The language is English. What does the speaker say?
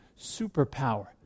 superpower